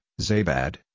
Zabad